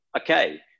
Okay